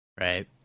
right